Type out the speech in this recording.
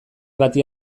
bati